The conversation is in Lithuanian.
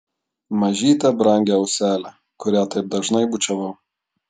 mažytę brangią auselę kurią taip dažnai bučiavau